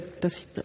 dass